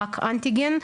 רק אנטיגן,